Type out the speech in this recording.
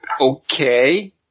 Okay